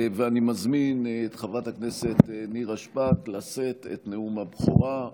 ואני מזמין את חברת הכנסת נירה שפק לשאת את נאום הבכורה.